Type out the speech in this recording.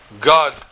God